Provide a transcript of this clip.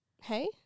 hey